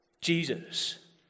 Jesus